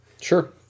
sure